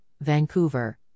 Vancouver